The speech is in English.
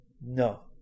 No